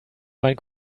meinen